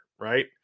right